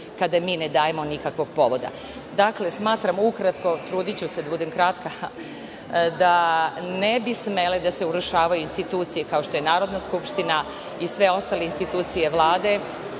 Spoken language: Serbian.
kada mi ne dajemo nikakvog povoda. Dakle, smatram ukratko, trudiću se da budem kratka, da ne bi smele da se urušavaju institucije kao što je Narodna skupština i sve ostale institucije Vlade